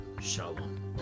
Shalom